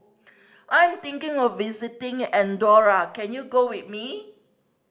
I'm thinking of visiting Andorra can you go with me